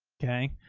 okay.